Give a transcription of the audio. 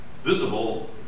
Visible